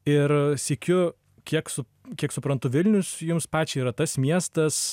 ir sykiu kiek su kiek suprantu vilnius jums pačiai yra tas miestas